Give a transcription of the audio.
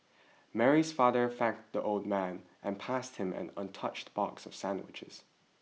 Mary's father thanked the old man and passed him an untouched box of sandwiches